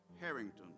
Harrington